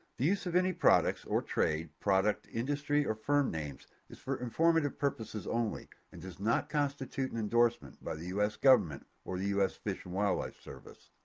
the use of any products, or trade, product, industry or firm names is for informative purposes only and does not constitute an and endorsement by the u s. government or the u s. fish and wildlife service.